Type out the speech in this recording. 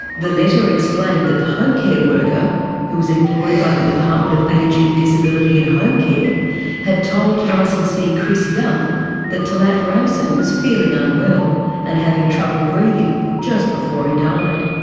the letter explained that the home care worker who was employed by the department of ageing, disability and home care had told licensee chris young that talet ramzan was feeling unwell and having trouble breathing, just before he died.